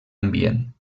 ambient